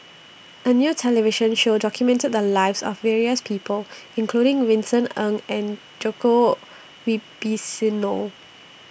A New television Show documented The Lives of various People including Vincent Ng and Djoko Wibisono